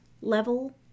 level